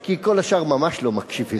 כי כל השאר ממש לא מקשיבים.